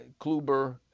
Kluber